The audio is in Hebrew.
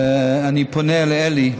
ואני פונה לאלי,